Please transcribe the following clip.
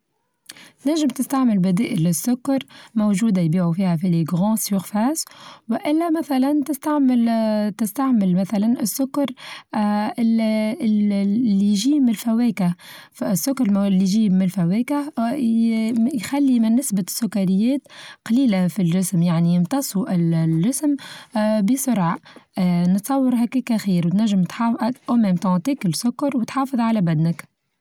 تنچم تستعمل بدائل للسكر موچودة يبيعوا فيها في الاجيونسيونفاز وإلا مثلا تستعمل آآ تستعمل مثلا السكر آآ ال-ال اللي يچي من الفواكه السكر اللي يچي من الفواكه يخلي من نسبة السكريات قليلة في الچسم يعني يمتصو الچسم اا بسرعة اا نتصور هاكاكا خير نچم تاكل السكر وتحافظ على بدنك.